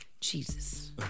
Jesus